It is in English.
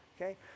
okay